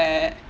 where